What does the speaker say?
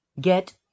get